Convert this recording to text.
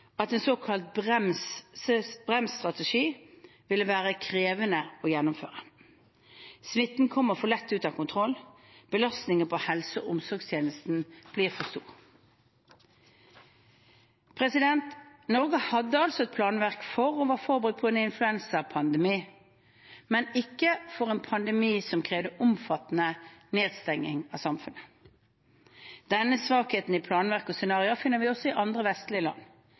at en såkalt bremsstrategi ville være krevende å gjennomføre. Smitten kommer for lett ut av kontroll, og belastningen på helse- og omsorgstjenesten blir for stor. Norge hadde altså et planverk for og var forberedt på en influensapandemi, men ikke på en pandemi som krevde omfattende nedstengning av samfunnet. Denne svakheten i planverk og scenarioer finner vi også i andre vestlige land.